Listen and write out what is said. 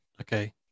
okay